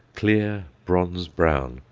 clear bronze-brown,